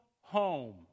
home